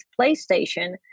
PlayStation